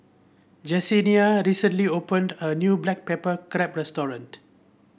Jessenia recently opened a new Black Pepper Crab restaurant